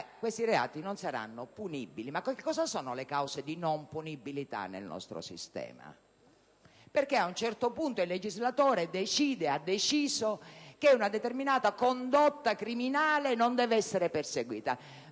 questi non saranno punibili. Ma cosa sono le cause di non punibilità nel nostro sistema? Perché, ad un certo punto, il legislatore ha deciso che una determinata condotta criminale non deve essere perseguita?